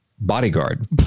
bodyguard